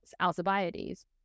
Alcibiades